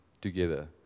together